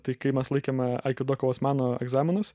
tai kai mes laikėme aikido kovos meno egzaminus